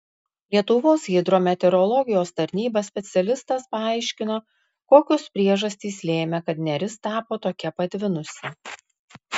lietuvos hidrometeorologijos tarnyba specialistas paaiškino kokios priežastys lėmė kad neris tapo tokia patvinusi